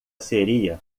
seria